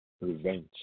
Revenge